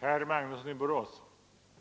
Herr